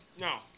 No